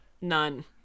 None